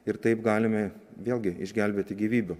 ir taip galime vėlgi išgelbėti gyvybių